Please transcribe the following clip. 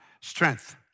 strength